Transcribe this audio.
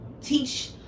teach